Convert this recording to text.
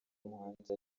muhanzi